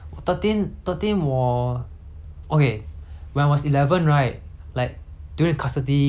when I was eleven right like during custody custody war then 我被送去 children home